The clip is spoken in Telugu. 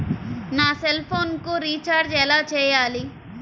నా సెల్ఫోన్కు రీచార్జ్ ఎలా చేయాలి?